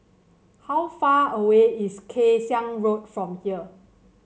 how far away is Kay Siang Road from here